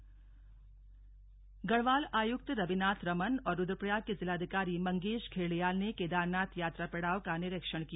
गढ़वाल आयुक्त जायजा गढ़वाल आयुक्त रविनाथ रमन और रुद्रप्रयाग के जिलाधिकारी मंगेश घिल्डियाल ने केदारनाथ यात्रा पड़ाव का निरीक्षण किया